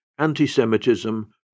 Anti-Semitism